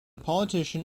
politician